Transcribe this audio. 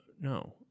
no